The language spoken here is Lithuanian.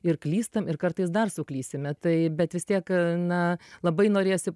ir klystam ir kartais dar suklysime tai bet vis tiek na labai norėjosi